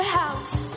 house